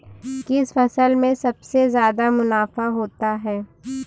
किस फसल में सबसे जादा मुनाफा होता है?